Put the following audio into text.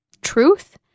truth